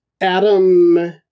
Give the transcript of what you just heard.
Adam